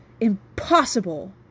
Impossible